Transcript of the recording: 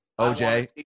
OJ